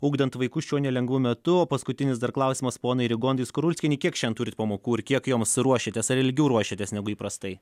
ugdant vaikus šiuo nelengvu metu o paskutinis dar klausimas ponai rigondai skurulskienei kiek šiandien turit pamokų ir kiek joms ruošėtės ar ilgiau ruošiatės negu įprastai